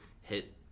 hit